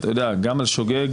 גם על שוגג